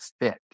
fit